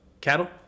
cattle